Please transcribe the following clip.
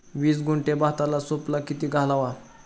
वीस गुंठे भाताला सुफला किती घालावा?